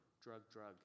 drug-drug